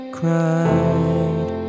cried